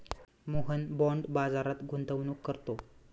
Mohan bond बाजारात गुंतवणूक करतो